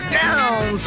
down